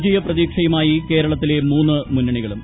വിജയപ്രതീക്ഷയുമായി കേരളത്തില്ലെ ്മൂന്നു മുന്നണികളും